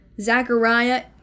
Zechariah